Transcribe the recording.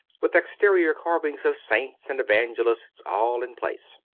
with exterior carvings of saints and evangelists all in place.